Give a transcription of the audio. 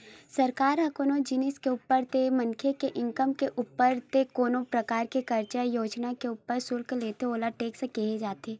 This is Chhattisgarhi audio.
सरकार ह कोनो जिनिस के ऊपर ते कोनो मनखे के इनकम के ऊपर ते कोनो परकार के कारज योजना के ऊपर सुल्क लेथे ओला टेक्स केहे जाथे